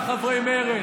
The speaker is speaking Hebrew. והוא גם לחברי מרצ.